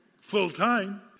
full-time